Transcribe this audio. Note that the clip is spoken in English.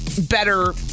better